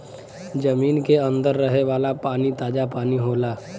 जमीन के अंदर रहे वाला पानी ताजा पानी होला